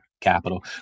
Capital